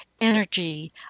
energy